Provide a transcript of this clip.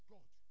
God